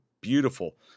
beautiful